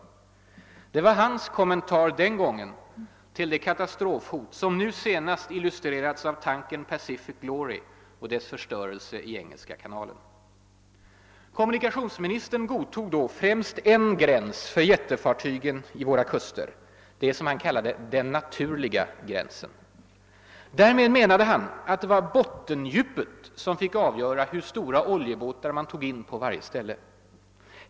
Det var hans kommentar den gången till det katastrofhot som nu senast illustre Kommunikationsministern godtog då främst en gräns för jättefartygen i våra kuster, »den naturliga gränsen», som han kallade den. Därmed menade han att bottendjupet fick avgöra hur stora oljebåtar man tog in på varje ställe.